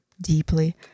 deeply